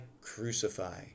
crucify